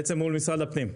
בעצם מול משרד הפנים.